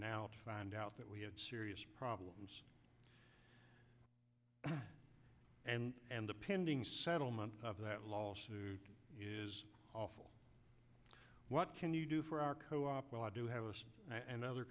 now to find out that we had serious problems and and the pending settlement of that lawsuit is awful what can you do for our co op well i do have another